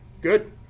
good